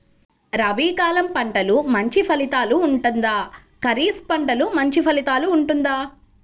రబీ కాలం పంటలు మంచి ఫలితాలు ఉంటుందా? ఖరీఫ్ పంటలు మంచి ఫలితాలు ఉంటుందా?